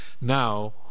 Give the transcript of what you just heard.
now